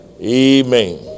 Amen